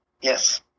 Yes